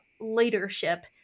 leadership